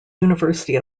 university